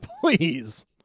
please